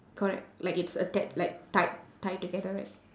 correct like it's atta~ like tied tie together right